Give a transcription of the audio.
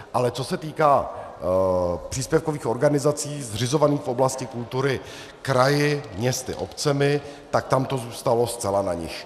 Ale co se týká příspěvkových organizací zřizovaných v oblasti kultury kraji, městy, obcemi, tak tam to zůstalo zcela na nich.